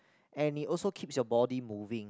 and it also keeps your body moving